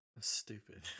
Stupid